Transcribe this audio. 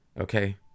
okay